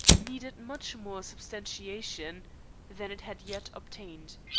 needed much more substantiation than it had yet obtained.